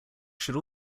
should